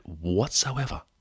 whatsoever